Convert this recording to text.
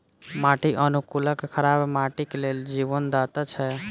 माटि अनुकूलक खराब माटिक लेल जीवनदाता छै